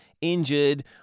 injured